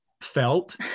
felt